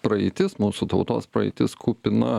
praeitis mūsų tautos praeitis kupina